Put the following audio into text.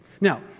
Now